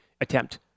attempt